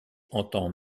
entend